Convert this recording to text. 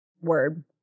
Word